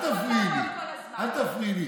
אל תפריעי לי.